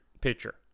pitcher